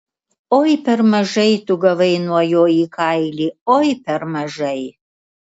oi per mažai tu gavai nuo jo į kailį oi per mažai